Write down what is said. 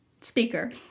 speaker